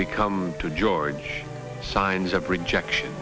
become to george signs of rejection